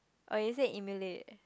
oh is it emulate